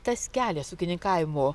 tas kelias ūkininkavimo